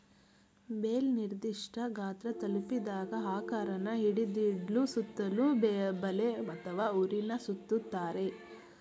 bale ನಿರ್ದಿಷ್ಠ ಗಾತ್ರ ತಲುಪಿದಾಗ ಆಕಾರನ ಹಿಡಿದಿಡ್ಲು ಸುತ್ತಲೂ ಬಲೆ ಅಥವಾ ಹುರಿನ ಸುತ್ತುತ್ತಾರೆ